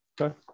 Okay